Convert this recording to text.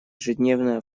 ежедневно